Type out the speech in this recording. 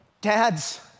Dads